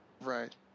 Right